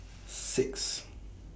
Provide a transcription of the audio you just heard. six